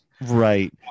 right